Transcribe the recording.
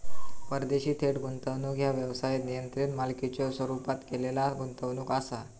परदेशी थेट गुंतवणूक ह्या व्यवसायात नियंत्रित मालकीच्यो स्वरूपात केलेला गुंतवणूक असा